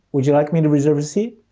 would you like me to reserve a seat?